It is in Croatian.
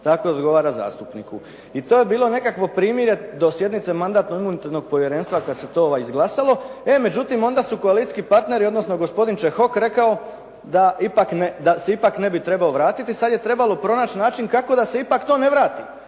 tako da odgovara zastupniku. I to je bilo nekakvo primjere do sjednice mandatno-imunitetnog povjerenstva kada se to izglasalo, e međutim, onda su koalicijski partneri, odnosno gospodin Čehok rekao da ipak, da se ipak ne bi trebao vratiti. Sada je trebalo pronaći način kako da se ipak to ne vrati.